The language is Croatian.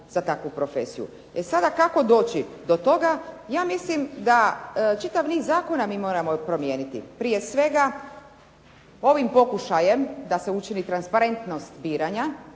za takvu profesiju. E sada, kako doći do toga? Ja mislim da čitav niz zakona mi moramo promijeniti, prije svega, ovim pokušajem da se učini transparentnost biranja,